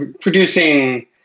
producing